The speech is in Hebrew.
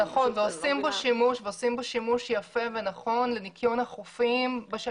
נכון, ועושם בו שימוש יפה ונכון לניקיון החופים.